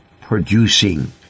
producing